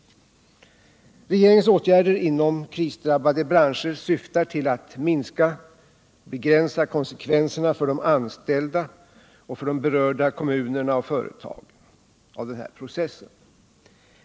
Regeringens åtgärder inom krisdrabbade branscher syftar till att begränsa konsekvenserna av den här processen för de anställda, berörda kommuner och företag.